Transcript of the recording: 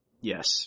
yes